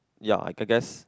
ya I g~ guess